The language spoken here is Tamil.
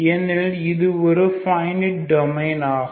ஏனெனில் இது ஒரு பைனிட் டொமைன் ஆகும்